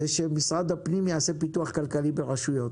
זה שמשרד הפנים יעשה פיתוח כלכלי ברשויות